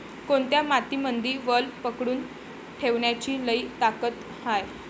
कोनत्या मातीमंदी वल पकडून ठेवण्याची लई ताकद हाये?